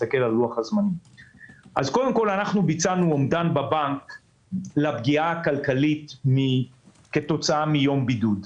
אנחנו ביצענו בבנק אומדן לפגיעה הכלכלית כתוצאה מיום בידוד.